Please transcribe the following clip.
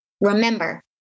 remember